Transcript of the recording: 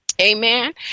Amen